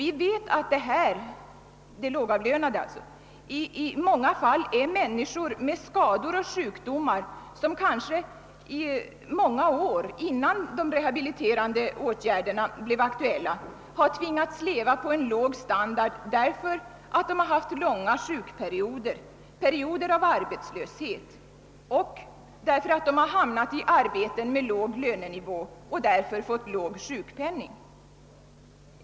Vi vet att dessa i många fall är människor som kanske i flera år, innan de rehabiliterande åtgärderna blev aktuella på grund av skador och sjukdomar, har tvingats leva på en låg standard därför att de har haft långa sjukperioder och perioder av arbetslöshet och därför att de hamnat i arbeten med låg lönenivå och sålunda fått låg sjukpenning.